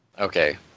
Okay